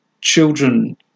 children